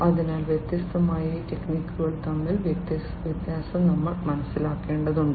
അതിനാൽ വ്യത്യസ്ത AI ടെക്നിക്കുകൾ തമ്മിലുള്ള വ്യത്യാസം നമ്മൾ മനസ്സിലാക്കേണ്ടതുണ്ട്